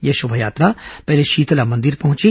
यह शोभायात्रा पहले शीतला मंदिर पहुंची